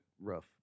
rough